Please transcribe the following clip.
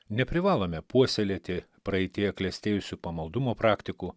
neprivalome puoselėti praeityje klestėjusių pamaldumo praktikų